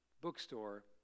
bookstore